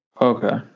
Okay